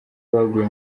baguye